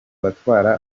batwara